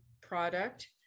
product